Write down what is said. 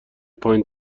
پایین